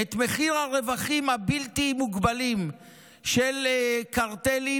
את מחיר הרווחים הבלתי-מוגבלים של קרטלים